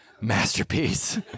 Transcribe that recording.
masterpiece